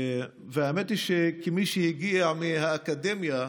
והאמת היא שכמי שהגיע מהאקדמיה,